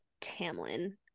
Tamlin